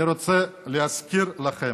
אני רוצה להזכיר לכם: